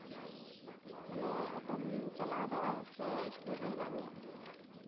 ᱢᱟᱱᱮ ᱚᱴᱳᱢ ᱪᱟᱞᱟᱣᱫᱟ ᱥᱮ ᱮᱥᱴᱮᱱᱰ ᱨᱮ ᱦᱮᱱᱟᱜ ᱢᱮᱭᱟ